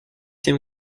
тем